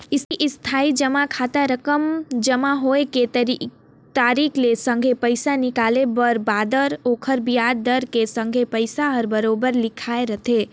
इस्थाई जमा खाता रकम जमा होए के तारिख के संघे पैसा निकाले के बेर बादर ओखर बियाज दर के संघे पइसा हर बराबेर लिखाए रथें